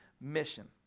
mission